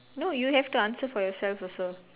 no you have to answer for yourself also